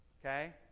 Okay